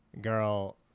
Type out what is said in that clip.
girl